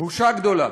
בושה גדולה.